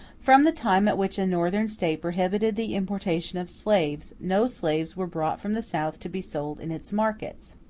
from the time at which a northern state prohibited the importation of slaves, no slaves were brought from the south to be sold in its markets.